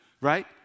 right